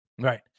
right